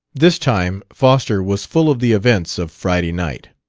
this time foster was full of the events of friday night.